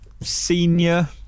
Senior